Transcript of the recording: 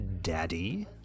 Daddy